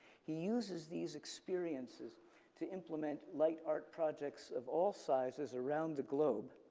he uses these experiences to implement light art projects of all sizes around the globe,